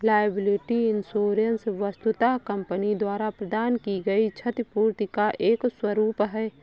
liability insurance वस्तुतः company द्वारा प्रदान की गई क्षतिपूर्ति का एक स्वरूप है